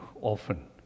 often